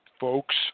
folks